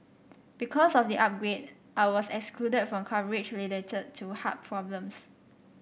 because of the upgrade I was excluded from coverage related to heart problems